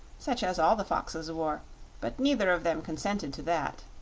such as all the foxes wore but neither of them consented to that.